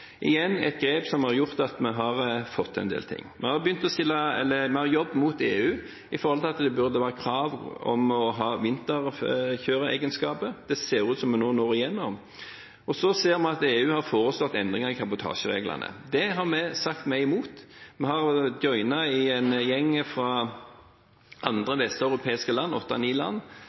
igjen et grep som har gjort at vi har fått til en del ting. Vi har jobbet mot EU med hensyn til at det bør være krav om å ha vinterkjøreegenskaper. Det ser ut til at vi når gjennom. Og vi ser at EU har foreslått endringer i kabotasjereglene. Det har vi sagt at vi er imot. Vi har «joinet» en gjeng fra andre vesteuropeiske land, åtte–ni land,